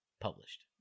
published